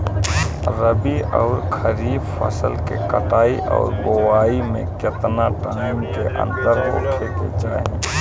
रबी आउर खरीफ फसल के कटाई और बोआई मे केतना टाइम के अंतर होखे के चाही?